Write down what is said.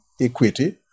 equity